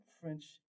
French